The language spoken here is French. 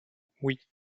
oui